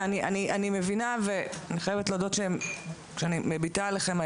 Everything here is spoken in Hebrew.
אני מבינה וחייבת להודות שכאשר אני מביטה עליכם,